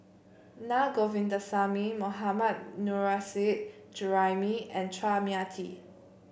Na Govindasamy Mohammad Nurrasyid Juraimi and Chua Mia Tee